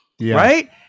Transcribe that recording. right